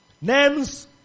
Names